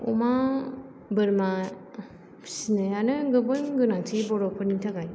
अमा बोरमा फिनायानो गोबां गोनांथि बर'फोरनि थाखाय